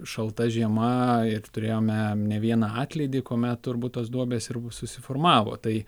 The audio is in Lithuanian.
šalta žiema ir turėjome ne vieną atlydį kuomet turbūt tos duobės ir susiformavo tai